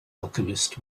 alchemist